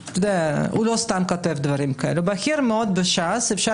הוא לא סתם כותב דברים כאלה: "בכיר מאוד בש"ס" אפשר